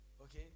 Okay